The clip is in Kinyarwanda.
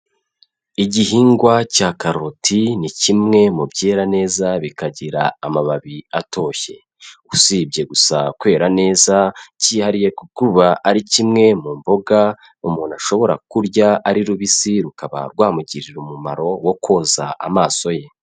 Igihingwa cya karoti ni kimwe mu byera neza, bikagira amababi atoshye, usibye gusa kwera neza cyihariye ku kuba ari kimwe mu mboga umuntu ashobora kurya ari rubisi rukaba rwamugirira umumaro wo koza amaso ye.